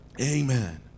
amen